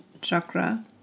chakra